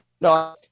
no